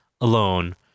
alone